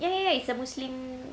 ya ya ya it's a muslim